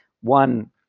One